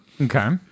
Okay